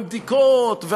ובדיקות,